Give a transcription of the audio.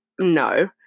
No